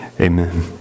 Amen